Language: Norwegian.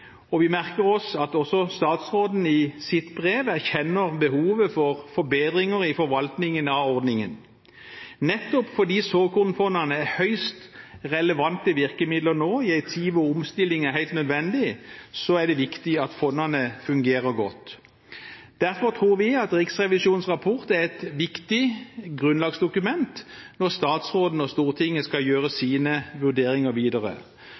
gir. Vi merker oss at også statsråden i sitt brev erkjenner behovet for forbedringer i forvaltningen av ordningen. Nettopp fordi såkornfondene er høyst relevante virkemidler nå, i en tid hvor omstilling er helt nødvendig, er det viktig at fondene fungerer godt. Derfor tror vi at Riksrevisjonens rapport er et viktig grunnlagsdokument når statsråden og Stortinget skal gjøre sine vurderinger videre.